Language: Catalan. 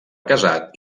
casat